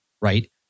right